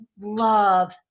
love